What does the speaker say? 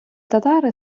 татари